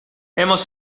hemos